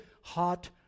hot